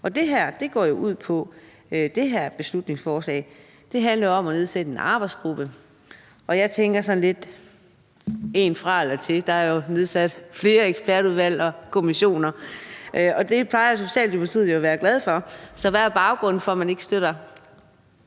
Det her beslutningsforslag handler jo om at nedsætte en arbejdsgruppe, og jeg tænker sådan lidt: En fra eller til – der jo nedsat flere ekspertudvalg og kommissioner, og det plejer Socialdemokratiet at være glad for. Så hvad er baggrunden for, at man ikke støtter